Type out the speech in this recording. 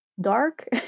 dark